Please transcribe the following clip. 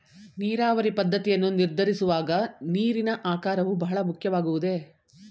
ನೀರಾವರಿ ಪದ್ದತಿಯನ್ನು ನಿರ್ಧರಿಸುವಾಗ ನೀರಿನ ಆಕಾರವು ಬಹಳ ಮುಖ್ಯವಾಗುವುದೇ?